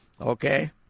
Okay